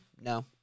No